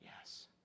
yes